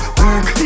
work